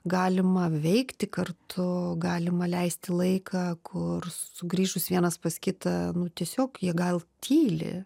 galima veikti kartu galima leisti laiką kur sugrįžus vienas pas kitą nu tiesiog jie gal tyli